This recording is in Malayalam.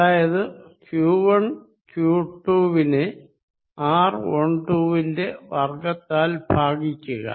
അതായത് q1q2 വിനെ r12 വിന്റെ വർഗ്ഗത്താൽ ഭാഗിയ്ക്കുക